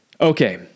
Okay